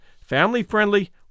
family-friendly